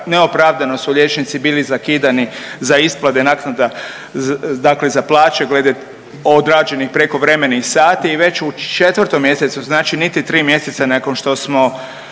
neopravdano su liječnici bili zakidani za isplate naknada, dakle za plaće glede odrađenih prekovremenih sati i već u 4. mjesecu, znači niti 3 mjeseca nakon što smo